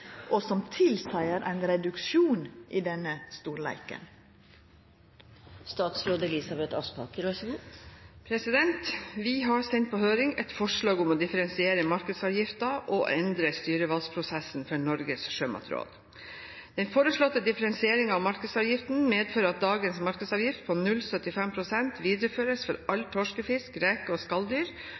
og som tilseier ein reduksjon i denne storleiken?» Vi har sendt på høring et forslag om å differensiere markedsavgiften og å endre styrevalgsprosessen for Norges sjømatråd. Den foreslåtte differensieringen av markedsavgiften medfører at dagens markedsavgift på 0,75 pst. videreføres for all torskefisk, reker og